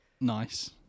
Nice